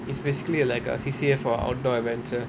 it's basically a like a C_C_A for outdoor adventure